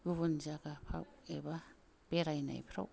गुबुन जायगाफ्राव एबा बेरायनायफ्राव